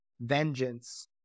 vengeance